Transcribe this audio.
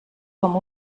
com